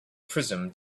prism